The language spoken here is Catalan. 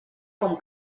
com